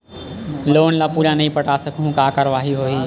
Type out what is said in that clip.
Loan ला पूरा नई पटा सकहुं का कारवाही होही?